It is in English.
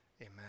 amen